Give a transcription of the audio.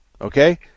okay